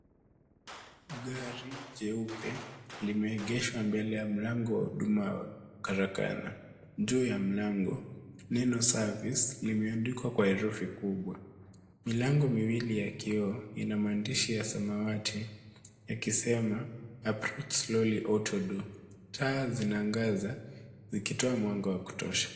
Gari jeupe limeegeshwa mbele ya mlango wa huduma wa karakana. Juu ya mlango neno service limeandikwa kwa herufi kubwa. Milango miwili ya kioo ina maandishi ya samawati ikisema approach slowly auto door .Taa zinaangaza zikitoa mwanga wa kutosha.